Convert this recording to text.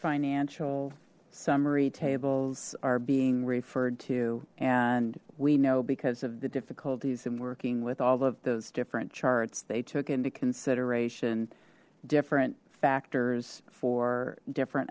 financial summary tables are being referred to and we know because of the difficulties in working with all of those different charts they took into consideration different factors for different